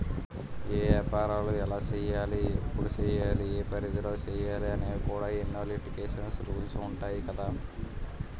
ఏపారాలు ఎలా సెయ్యాలి? ఎప్పుడు సెయ్యాలి? ఏ పరిధిలో సెయ్యాలి అనేవి కూడా ఎన్నో లిటికేషన్స్, రూల్సు ఉంటాయి కదా